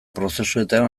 prozesuetan